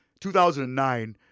2009